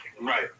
Right